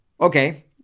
Okay